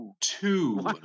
two